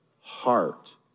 heart